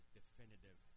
definitive